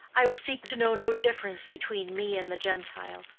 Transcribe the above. i will seek to know no difference between me and the gentile,